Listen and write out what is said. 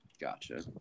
Gotcha